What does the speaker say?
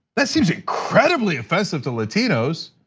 that seems incredibly offensive to latinos.